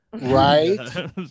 Right